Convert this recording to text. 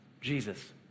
Jesus